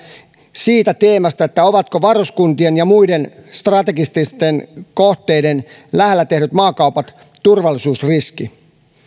siitä teemasta ovatko varuskuntien ja muiden strategisten kohteiden lähellä tehdyt maakaupat turvallisuusriski